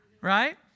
right